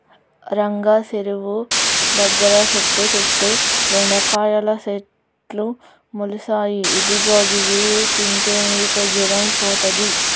రంగా సెరువు దగ్గర సెట్టు సుట్టు బెండకాయల సెట్లు మొలిసాయి ఇదిగో గివి తింటే నీకు జరం పోతది